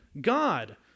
God